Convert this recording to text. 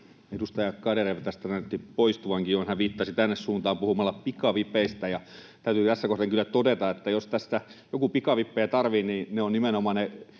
Edustaja Garedew tästä näytti poistuvankin — hän viittasi tänne suuntaan puhumalla pikavipeistä. Täytyy tässä kohden kyllä todeta, että jos tässä joku pikavippejä tarvitsee, niin ne ovat nimenomaan ne